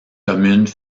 communes